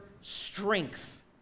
strength